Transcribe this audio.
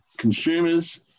Consumers